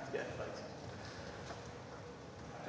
at der